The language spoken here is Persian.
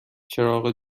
چراغ